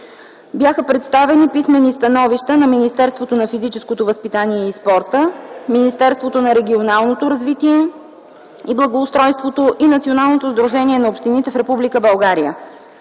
Бяха представени писмените становища на Министерството на физическото възпитание и спорта, Министерството на регионалното развитие и благоустройство и Националното сдружение на общините в